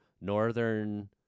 northern